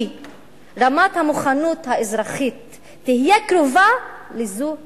"רמת המוכנות האזרחית תהיה קרובה לזו הצבאית".